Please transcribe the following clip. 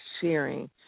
sharing